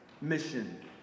mission